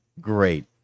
great